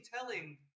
telling